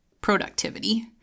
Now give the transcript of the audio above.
productivity